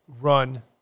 run